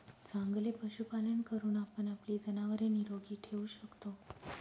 चांगले पशुपालन करून आपण आपली जनावरे निरोगी ठेवू शकतो